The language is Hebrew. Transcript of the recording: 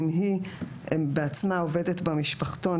אם היא בעצמה עובדת במשפחתון,